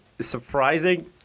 surprising